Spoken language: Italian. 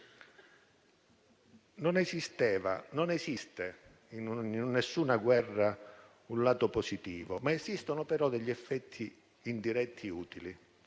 Non esisteva e non esiste, in nessuna guerra, un lato positivo; esistono però degli effetti indiretti utili.